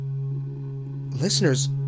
Listeners